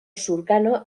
sukarno